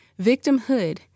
Victimhood